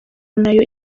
nayo